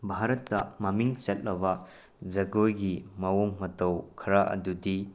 ꯚꯥꯔꯠꯇ ꯃꯃꯤꯡ ꯆꯠꯂꯕ ꯖꯒꯣꯏꯒꯤ ꯃꯑꯣꯡ ꯃꯇꯧ ꯈꯔ ꯑꯗꯨꯗꯤ